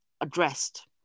addressed